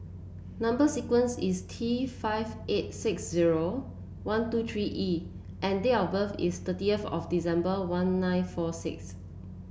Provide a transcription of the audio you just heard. number sequence is T five eight six zero one two three E and date of birth is thirtieth of December one nine four six